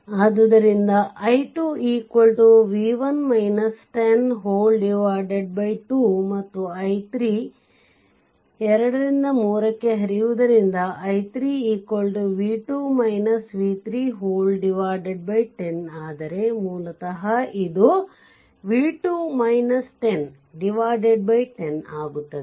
ಆದ್ದರಿಂದ i2 2 ಮತ್ತು i3 2 ರಿಂದ 3 ಕ್ಕೆ ಹರಿಯುವುದರಿಂದ i3 10 ಆದರೆ ಮೂಲತಃ ಇದು 10 ಆಗುತ್ತದೆ